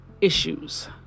issues